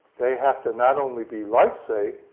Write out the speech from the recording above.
they have to not only be life-safe,